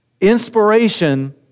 inspiration